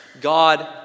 God